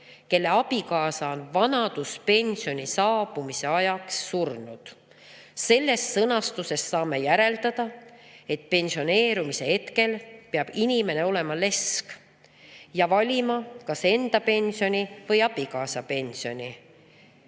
kelle abikaasa on vanaduspensioni saabumise ajaks surnud. Sellest sõnastusest saame järeldada, et pensioneerumise hetkel peab inimene olema lesk ja valima, kas enda pensioni või abikaasa pensioni.